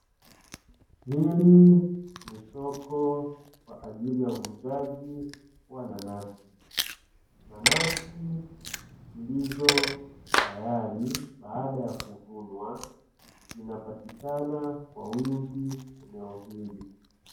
Hili ni soko kwa ajili ya uuzaji wa nanasi. Nanasi zilizo tayari baada ya kuvunwa zinapatikana kwa wingi eneo hili.